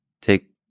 take